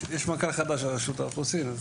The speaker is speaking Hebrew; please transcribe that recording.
יש מנכ"ל חדש לרשות האוכלוסין,